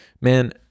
Man